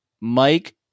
Mike